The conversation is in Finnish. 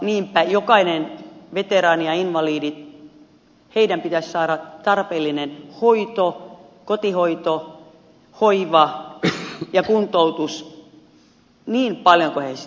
niinpä jokaisen veteraanin ja invalidin pitäisi saada tarpeellista hoitoa kotihoitoa hoivaa ja kuntoutusta niin paljon kuin he sitä tarvitsevat